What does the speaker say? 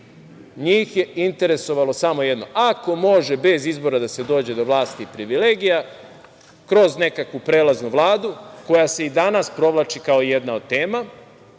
Njih je interesovalo samo jedno, ako može bez izbora da se dođe do vlasti, privilegija, kroz nekakvu prelaznu vladu, koja se i danas provlači kao jedna od tema,